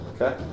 Okay